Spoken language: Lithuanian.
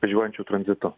važiuojančių tranzitu